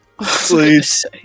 Please